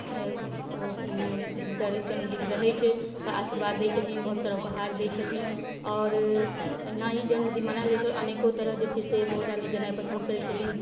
ओ जिनकर जन्मदिन रहै छै हुनका आशीर्वाद दै छथिन बहुत सारा उपहार दै छथिन आओर अहिना ई जन्मदिन मनायल जाइ छै आओर अनेको तरह जे छै से बहुत आदमी जेनाइ पसन्द करै छथिन